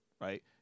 right